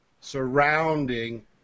surrounding